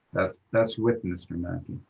ah that's with mr. mackey.